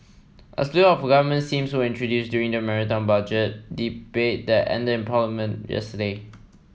a slew of government schemes was introduced during the Marathon Budget Debate that ended in Parliament yesterday